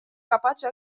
capace